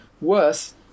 worse